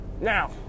Now